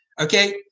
Okay